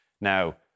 Now